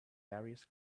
darius